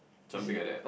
something like that